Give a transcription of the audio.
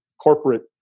corporate